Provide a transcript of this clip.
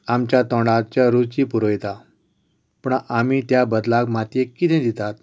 आमच्या तोंडाच्यो रुची पुरयता पूण आमी त्या बदलाक मातयेक कितें दितात